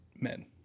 men